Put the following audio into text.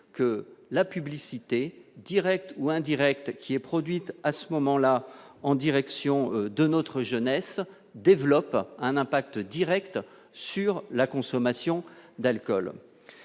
que la publicité directe ou indirecte qui est produite à ce moment-là en direction de notre jeunesse, développe un impact Direct sur la consommation d'alcool,